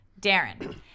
Darren